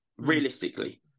Realistically